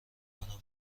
میکنم